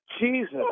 Jesus